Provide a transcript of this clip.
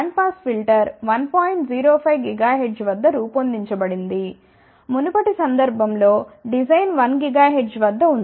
05 GHz వద్ద రూపొందించబడింది మునుపటి సందర్భం లో డిజైన్ 1 GHz వద్ద ఉంది